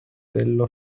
dello